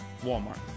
Walmart